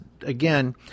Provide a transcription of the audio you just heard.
again